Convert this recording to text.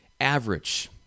average